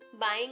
buying